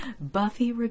Buffy